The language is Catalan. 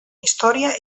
història